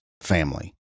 family